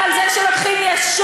צריך להביע?